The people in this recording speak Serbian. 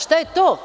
Šta je to?